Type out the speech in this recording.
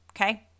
okay